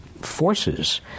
forces